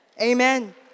Amen